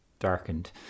darkened